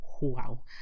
wow